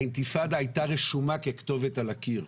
האינתיפאדה הייתה רשומה ככתובת על הקיר.